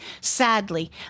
sadly